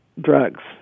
drugs